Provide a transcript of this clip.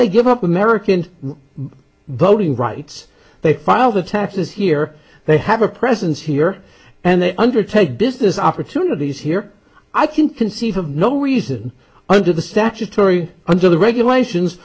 they give up american boating rights they file the taxes here they have a presence here and they undertake business opportunities here i can conceive of no reason under the statutory under the regulations